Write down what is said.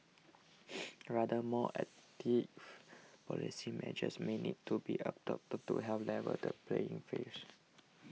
rather more active policy measures may need to be adopted to help level the playing fields